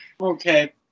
okay